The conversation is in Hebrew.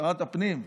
שרת הפנים.